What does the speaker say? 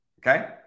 Okay